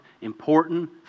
important